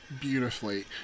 Beautifully